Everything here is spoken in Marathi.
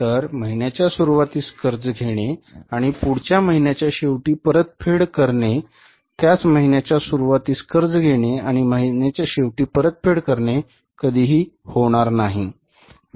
तर महिन्याच्या सुरूवातीस कर्ज घेणे आणि पुढच्या महिन्याच्या शेवटी परतफेड करणे त्याच महिन्यात सुरूवातीला कर्ज घेणे आणि महिन्याच्या शेवटी परतफेड करणे कधीही होणार नाही